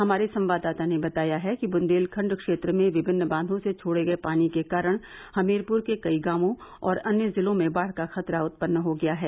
हमारे संवाददाता ने बताया है कि बुंदेलखंड क्षेत्र में विभिन्न बांचों से छोड़े गए पानी के कारण हमीरपुर के कई गांवों और अन्य जिलों में बाढ़ का खतरा उत्पन्न हो गया है